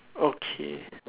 okay